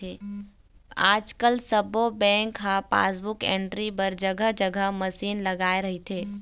आजकाल सब्बो बेंक ह पासबुक एंटरी बर जघा जघा मसीन लगाए रहिथे